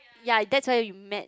ya that's where we met